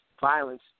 violence